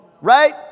Right